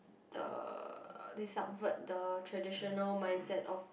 uh they subvert the traditional mindset of